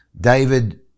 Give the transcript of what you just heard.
David